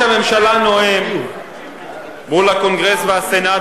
כשראש הממשלה נואם מול הקונגרס והסנאט